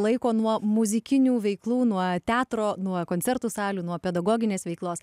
laiko nuo muzikinių veiklų nuo teatro nuo koncertų salių nuo pedagoginės veiklos